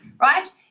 right